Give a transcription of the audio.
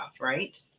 right